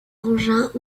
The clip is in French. engins